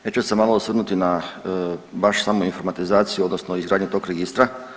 Ja ću se malo osvrnuti na baš samu informatizaciju odnosno izgradnju tog Registra.